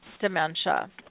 dementia